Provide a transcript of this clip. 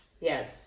Yes